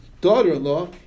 daughter-in-law